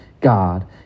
God